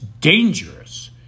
dangerous